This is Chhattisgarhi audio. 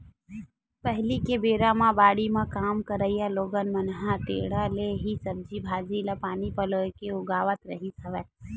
पहिली के बेरा म बाड़ी म काम करइया लोगन मन ह टेंड़ा ले ही सब्जी भांजी ल पानी पलोय के उगावत रिहिस हवय